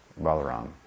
Balaram